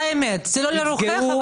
זה לא לרוחך.